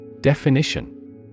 Definition